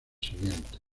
siguientes